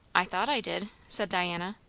i thought i did, said diana.